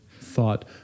thought